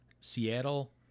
Seattle